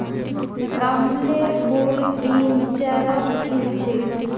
कमलेर फूल किचड़त खिल छेक